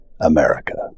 America